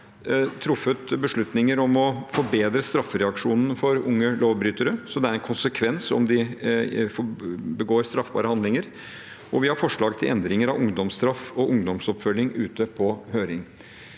Vi har truffet beslutninger om å forbedre straffereaksjonene overfor unge lovbrytere, slik at det har en konsekvens om de begår straffbare handlinger. Vi har også forslag om endringer av ungdomsstraff og ungdomsoppfølging ute på høring.